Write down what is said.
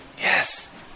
Yes